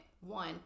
One